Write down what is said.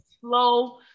slow